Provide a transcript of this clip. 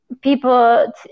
people